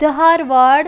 Dharwad